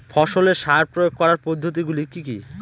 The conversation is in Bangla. ফসলে সার প্রয়োগ করার পদ্ধতি গুলি কি কী?